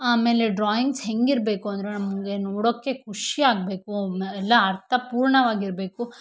ಆಮೇಲೆ ಡ್ರಾಯಿಂಗ್ಸ್ ಹೆಂಗೆ ಇರಬೇಕು ಅಂದರೆ ನಮಗೆ ನೋಡೋಕ್ಕೆ ಖುಷಿ ಆಗಬೇಕು ಎಲ್ಲ ಅರ್ಥಪೂರ್ಣವಾಗಿರಬೇಕು